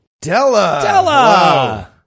Della